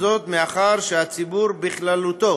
מאחר שהציבור בכללותו